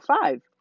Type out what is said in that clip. five